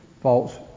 false